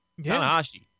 Tanahashi